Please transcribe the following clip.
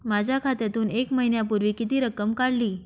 माझ्या खात्यातून एक महिन्यापूर्वी किती रक्कम काढली?